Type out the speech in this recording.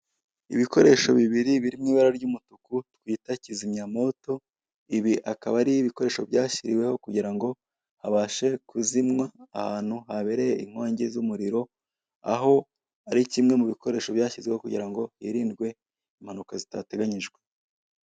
Ibikoresho bibiri biri mu ibara ry'umutuku twita kizimyamoto, ibi akaba ari ibikoresho byashyiriweho kugira ngo habashe kuzimywa ahantu habereye inkongi z'umuriro, aho ari kimwe mu bikoresho byashyizweho kugira ngo hirindwe impanuka zitateganyijwe.